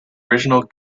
original